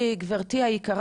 גברתי היקרה